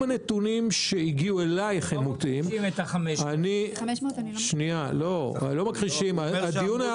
אם הנתונים שהגיעו אלייך הם מוטעים -- הדיון היה מוצלח.